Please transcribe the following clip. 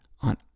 on